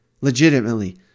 legitimately